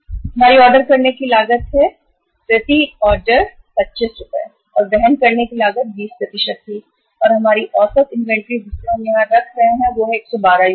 हमारी ऑर्डर करने की लागत है प्रति ऑर्डर लागत 25 प्रति ऑर्डर है और वहन करने की लागत 20 थी और हमारी औसत इन्वेंट्री जिसे हम यहां रख रहे हैं वह है 112 यूनिट